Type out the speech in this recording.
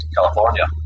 California